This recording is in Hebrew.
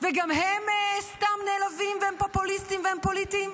וגם הם סתם נעלבים, והם פופוליסטים והם פוליטיים?